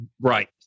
Right